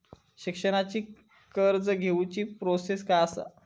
शिक्षणाची कर्ज घेऊची प्रोसेस काय असा?